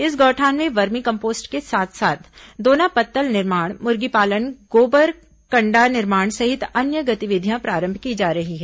इस गौठान में वर्मी कम्पोस्ट के साथ साथ दोना पत्तल निर्माण मुर्गीपालन गोबर कण्डा निर्माण सहित अन्य गतिविधियां प्रारंभ की जा रही हैं